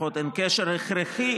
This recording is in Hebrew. לפחות אין קשר הכרחי,